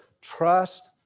trust